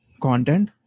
content